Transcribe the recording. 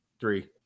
three